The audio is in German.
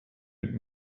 mit